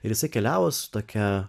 ir jis keliavo su tokia